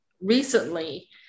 recently